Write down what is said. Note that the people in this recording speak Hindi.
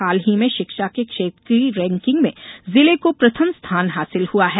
हाल ही में शिक्षा के क्षेत्र की रैंकिंग में जिले को प्रथम स्थान हासिल हुआ है